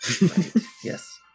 Yes